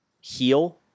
heal